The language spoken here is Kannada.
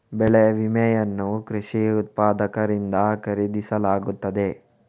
ಬೆಳೆ ವಿಮೆಯನ್ನು ಕೃಷಿ ಉತ್ಪಾದಕರಿಂದ ಖರೀದಿಸಲಾಗುತ್ತದೆ